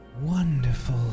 Wonderful